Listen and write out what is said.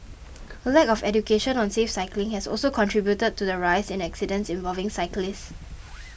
a lack of education on safe cycling has also contributed to the rise in accidents involving cyclists